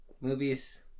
movies